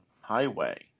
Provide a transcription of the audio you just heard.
Highway